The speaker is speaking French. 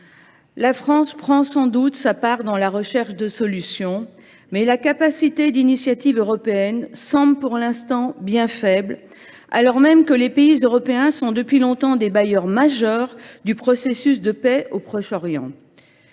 La France prend sans doute sa part dans la recherche de solutions, mais la capacité d’initiative européenne semble pour le moment bien faible, alors même que les pays européens sont depuis longtemps des bailleurs majeurs du processus de paix au Proche Orient.